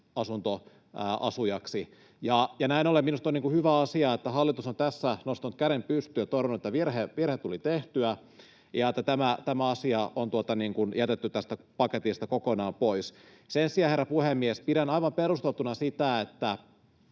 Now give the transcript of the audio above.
vuokra-asuntoasujaksi. Näin ollen minusta on hyvä asia, että hallitus on tässä nostanut käden pystyyn ja todennut, että virhe tuli tehtyä, ja tämä asia on jätetty tästä paketista kokonaan pois. Sen sijaan, herra puhemies, pidän aivan perusteltuna sitä, että